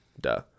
duh